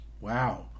Wow